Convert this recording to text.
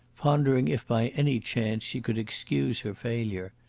pondering if by any chance she could excuse her failure.